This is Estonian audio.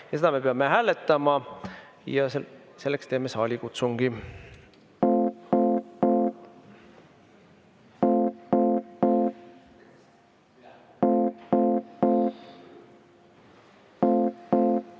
Seda me peame hääletama ja selleks teeme saalikutsungi. Head